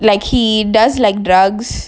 like he does like drugs